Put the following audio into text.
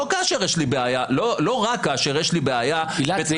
לא רק כאשר יש לי בעיה --- אלא כאשר יש לי סבירות.